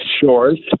shores